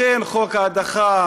לכן חוק ההדחה,